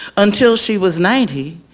until she was ninety,